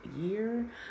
year